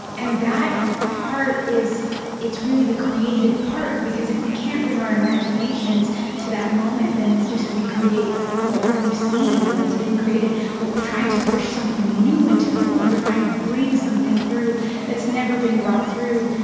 and that part is it's really the creative part, because if we can't bring our imaginations to that moment, then we just recreate what we've seen and what's been created. but we're trying to push something new into the world. we're trying to bring something through that's never been brought through,